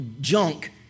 junk